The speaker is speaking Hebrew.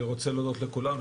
אני רוצה להודות לכולם.